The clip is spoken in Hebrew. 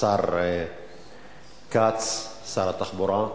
השר כץ, שר התחבורה.